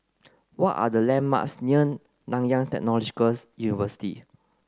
what are the landmarks near Nanyang Technological University